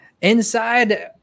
Inside